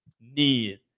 need